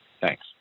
Thanks